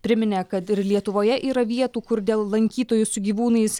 priminė kad ir lietuvoje yra vietų kur dėl lankytojų su gyvūnais